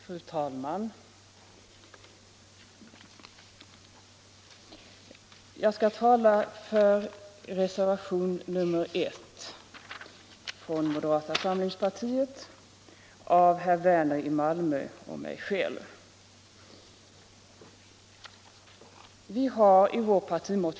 Fru talman! Jag skall tala för reservation nr 1, som avgivits av herr Werner i Malmö och mig själv.